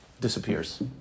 disappears